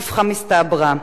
איפכא מסתברא,